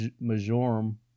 Majorum